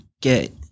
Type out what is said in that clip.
get